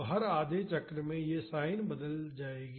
तो हर आधे चक्र में यह साइन बदल जाएगी